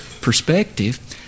perspective